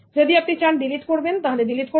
যদি আপনি চান ডিলিট করবেন তাহলে ডিলিট করুন